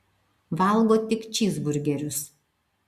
valgo tik čyzburgerius